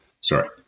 sorry